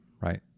right